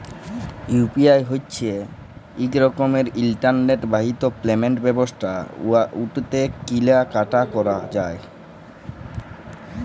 UPI হছে ইক রকমের ইলটারলেট বাহিত পেমেল্ট ব্যবস্থা উটতে কিলা কাটি ক্যরা যায়